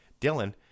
Dylan